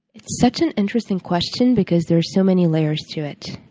it's such an interesting question because there's so many layers to it.